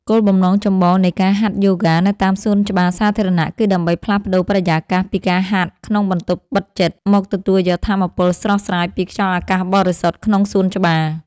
គោលបំណងចម្បងនៃការហាត់យូហ្គានៅតាមសួនច្បារសាធារណៈ គឺដើម្បីផ្លាស់ប្តូរបរិយាកាសពីការហាត់ក្នុងបន្ទប់បិទជិត មកទទួលយកថាមពលស្រស់ស្រាយពីខ្យល់អាកាសបរិសុទ្ធក្នុងសួនច្បារ។